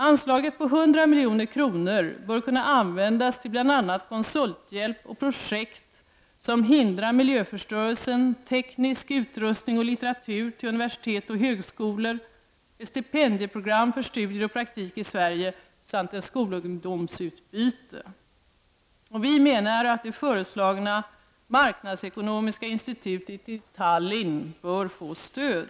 Anslaget på 100 milj.kr. bör kunna användas till bl.a. konsulthjälp och projekt som hindrar miljöförstörelsen, teknisk utrustning och litteratur till universitet och högskolor, ett stipendieprogram för studier och praktik i Sverige samt ett skolungdomsutbyte. Vi menar att det föreslagna marknadsekonomiska institutet i Tallinn bör få stöd.